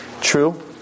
true